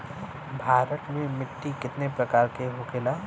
भारत में मिट्टी कितने प्रकार का होखे ला?